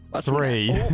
Three